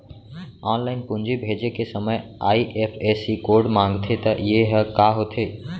Online पूंजी भेजे के समय आई.एफ.एस.सी कोड माँगथे त ये ह का होथे?